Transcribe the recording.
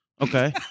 Okay